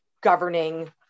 governing